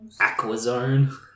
Aquazone